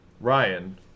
Ryan